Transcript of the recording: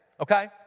okay